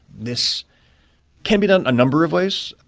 this can be done a number of ways.